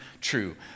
true